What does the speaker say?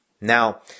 Now